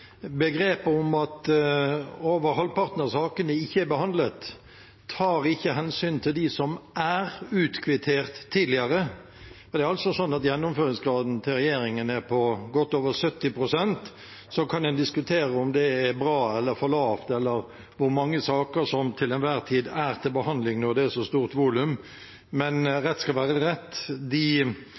over halvparten av sakene ikke er behandlet, ikke tar hensyn til dem som er utkvittert tidligere. Gjennomføringsgraden til regjeringen er på godt over 70 pst. Så kan en diskutere om det er bra, om tallet er for lavt, eller hvor mange saker som til enhver tid er til behandling når det er så stort volum. Men rett skal være rett, de